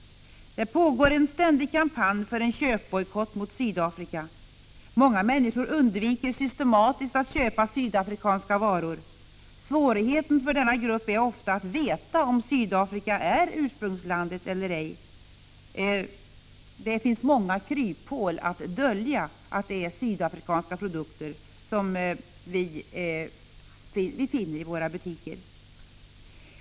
Vidare pågår en ständig kampanj för en köpbojkott mot Sydafrika. Många människor undviker systematiskt att köpa sydafrikanska varor. Men det är ofta svårt för denna grupp av människor att veta om Sydafrika är ursprungslandet eller ej. Det finns ju många kryphål när det gäller att dölja vilka produkter som är sydafrikanska i våra butiker.